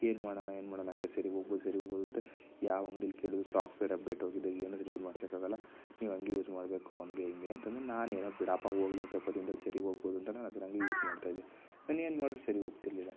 ಏನು ಮಾಡೋಣ ಏನು ಮಾಡೋಣ ಹಂಗೆ ಸರಿ ಹೋಗ್ಬೋದು ಸರಿ ಹೋಗ್ಬೋದು ಅಂತ ಯಾವ ಅಂಗ್ಡಿಲ್ಲಿ ಕೇಳಿದರು ಸಾಫ್ಟ್ ವೇರ್ ಅಪ್ ಡೇಟ್ ಹೋಗಿದೆ ಏನಂದ್ರರೇನು ಮಾಡ್ಸೊಕ್ಕಾಗೊಲ್ಲ ನೀವು ಹಂಗೆ ಯೂಸ್ ಮಾಡಬೇಕು ಹಂಗೆ ಹಿಂಗೆ ಅಂತಂದ್ರು ನಾನೇನೊ ಬಿಡಪ್ಪ ಹೋಗ್ಲಿ ಒಂದು ಸ್ವಲ್ಪ ದಿನ್ದಲ್ಲಿ ಸರಿ ಹೋಗ್ಬೋದು ಅಂತ ನಾನು ಅದ್ರಂಗೆ ಯೂಸ್ ಮಾಡ್ತಾಯಿದ್ದೆ ನಾನೇನು ಮಾಡ್ರು ಸರಿ ಹೋಗ್ತಿರ್ಲಿಲ್ಲ